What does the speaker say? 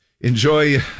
Enjoy